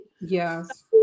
yes